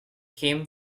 came